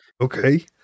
Okay